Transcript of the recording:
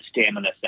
stamina